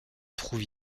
trouve